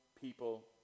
people